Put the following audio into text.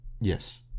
Yes